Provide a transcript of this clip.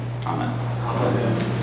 Amen